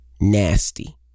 nasty